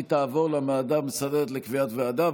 היא תעבור לוועדה המסדרת לקביעת ועדה.